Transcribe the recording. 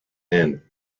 and